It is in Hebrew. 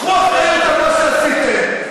קחו אחריות למה שעשיתם,